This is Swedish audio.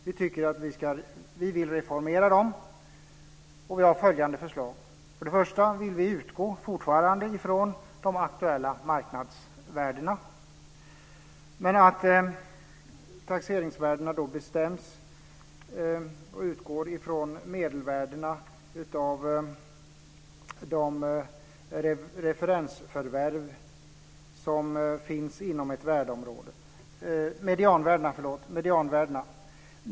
Vi vill reformera dem, och vi har följande förslag: Först och främst vill vi utgå från de aktuella marknadsvärdena, men taxeringsvärdena ska bestämmas med hänsyn till medianvärdet av referensförvärven inom ett värdeområde.